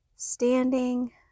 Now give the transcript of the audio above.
Standing